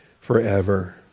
forever